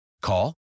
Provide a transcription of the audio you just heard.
Call